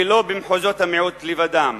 ולא במחוזות המיעוט לבדם.